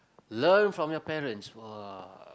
learn from your parents !wah!